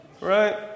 Right